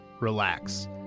relax